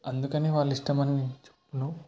అందుకని వాళ్ళు ఇష్టం అని నేను చెప్పను